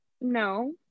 No